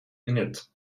innit